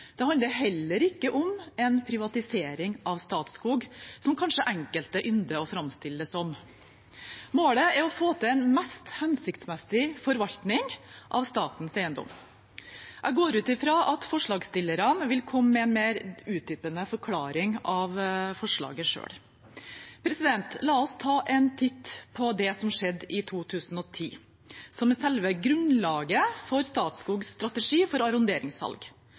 Det handler heller ikke om en privatisering av Statskog, som kanskje enkelte ynder å framstille det som. Målet er å få til en mest hensiktsmessig forvaltning av statens eiendom. Jeg går ut fra at forslagsstillerne vil komme med en mer utdypende forklaring av forslaget selv. La oss ta en titt på det som skjedde i 2010, som er selve grunnlaget for Statskogs strategi for arronderingssalg.